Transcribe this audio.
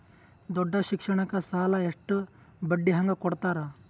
ದೊಡ್ಡ ಶಿಕ್ಷಣಕ್ಕ ಸಾಲ ಎಷ್ಟ ಬಡ್ಡಿ ಹಂಗ ಕೊಡ್ತಾರ?